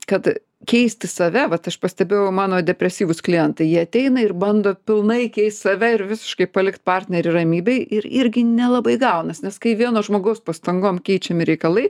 kad keisti save vat aš pastebėjau mano depresyvūs klientai jie ateina ir bando pilnai keist save ir visiškai palikt partnerį ramybėj ir irgi nelabai gaunas nes kai vieno žmogaus pastangom keičiami reikalai